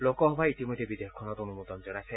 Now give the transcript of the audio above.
লোকসভাই ইতিমধ্যে বিধেয়কখনত অনুমোদন জনাইছে